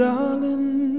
darling